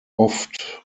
oft